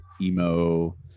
emo